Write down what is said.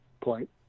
point